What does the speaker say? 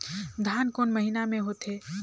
धान कोन महीना मे होथे?